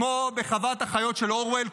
כמו בחוות החיות של אורוול,